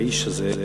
האיש הזה,